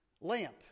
lamp